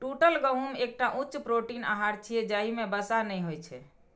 टूटल गहूम एकटा उच्च प्रोटीन आहार छियै, जाहि मे वसा नै होइ छै